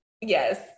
yes